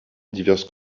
diverses